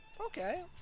Okay